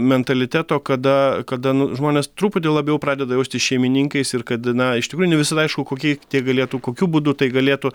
mentaliteto kada kada nu žmonės truputį labiau pradeda jaustis šeimininkais ir kad na iš tikrųjų ne visada aišku kokiai tiek galėtų kokiu būdu tai galėtų